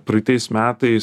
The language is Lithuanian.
praeitais metais